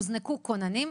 הוזנקו כוננים.